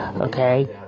Okay